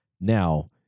now